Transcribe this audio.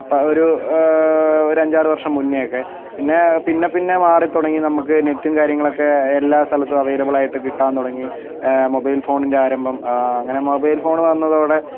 അപ്പം ഒരു ഒരു അഞ്ചാറ് വർഷം മുന്നേയൊക്കെ പിന്നേ പിന്നെ പിന്നെ മാറി തുടങ്ങി നമക്ക് നെറ്റും കാര്യങ്ങളൊക്കെ എല്ലാ സ്ഥലത്തും അവൈലബിൾ ആയിട്ട് കിട്ടാൻ തുടങ്ങി മൊബൈൽ ഫോണിൻ്റെ ആരംഭം അങ്ങനെ മൊബൈൽ ഫോണ് വന്നതോടെ